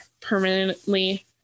permanently